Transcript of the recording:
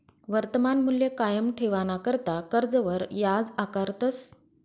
वर्तमान मूल्य कायम ठेवाणाकरता कर्जवर याज आकारतस